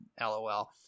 LOL